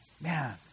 Man